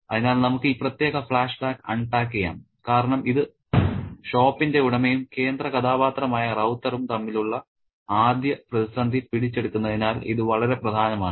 അതിനാൽ നമുക്ക് ഈ പ്രത്യേക ഫ്ലാഷ്ബാക്ക് അൺപാക്ക് ചെയ്യാം കാരണം ഇത് ഷോപ്പിന്റെ ഉടമയും കേന്ദ്ര കഥാപാത്രമായ റൌത്തറും തമ്മിലുള്ള ആദ്യ പ്രതിസന്ധി പിടിച്ചെടുക്കുന്നതിനാൽ ഇത് വളരെ പ്രധാനമാണ്